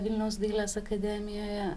vilniaus dailės akademijoje